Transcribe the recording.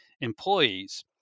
employees